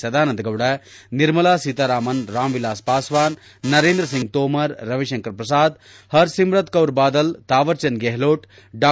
ಸದಾನಂದ ಗೌಡ ನಿರ್ಮಲಾ ಸೀತಾರಾಮನ್ ರಾಮ್ ವಿಲಾಸ್ ಪಾಸ್ಟಾನ್ ನರೇಂದ್ರ ಸಿಂಗ್ ತೋಮರ್ ರವಿಶಂಕರ್ ಪ್ರಸಾದ್ ಹರ್ಸಿರ್ಮತ್ ಕೌರ್ ಬಾದಲ್ ತಾವರ್ ಚಂದ್ ಗೆಹ್ಲೋಟ್ ಡಾ